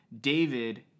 David